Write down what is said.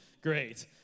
great